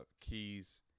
keys